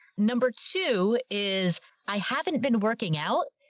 number two is i haven't been working out,